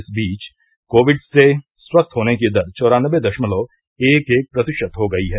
इस बीच कोविड से स्वस्थ होने की दर चौरानवे दशमलव एक एक प्रतिशत हो गई है